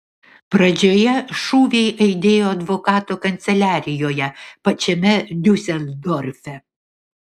pradžioje šūviai aidėjo advokato kanceliarijoje pačiame diuseldorfe